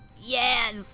Yes